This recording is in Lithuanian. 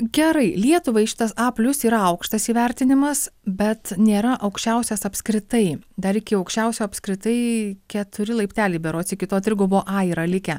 gerai lietuvai šitas a plius yra aukštas įvertinimas bet nėra aukščiausias apskritai dar iki aukščiausio apskritai keturi laipteliai berods iki to trigubo a yra likę